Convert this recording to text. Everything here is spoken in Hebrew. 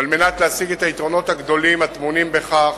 וכדי להשיג את היתרונות הגדולים הטמונים בכך,